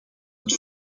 het